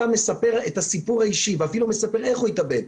מספר את הסיפור האישי ואפילו מספר איך הוא התאבד,